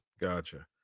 Gotcha